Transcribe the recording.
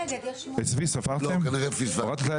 לא, כנראה פספסנו.